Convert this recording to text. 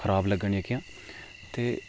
खराब लग्गन जेह्कियां ते